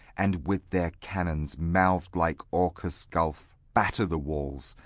and with their cannons, mouth'd like orcus' gulf, batter the walls,